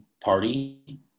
party